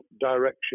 direction